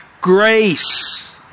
grace